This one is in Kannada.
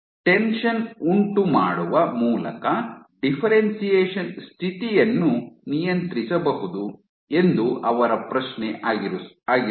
ಟೆನ್ಷನ್ ಅನ್ನು ಉಂಟುಮಾಡುವ ಮೂಲಕ ಡಿಫ್ಫೆರೆನ್ಶಿಯೇಷನ್ ಸ್ಥಿತಿಯನ್ನು ನಿಯಂತ್ರಿಸಬಹುದು ಎಂದು ಅವರ ಪ್ರಶ್ನೆ ಆಗಿರುತ್ತದೆ